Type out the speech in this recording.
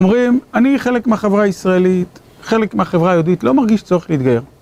אומרים, אני חלק מהחברה הישראלית, חלק מהחברה היהודית, לא מרגיש צורך להתגייר.